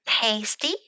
tasty